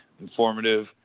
Informative